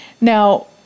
Now